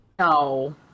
No